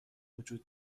وجود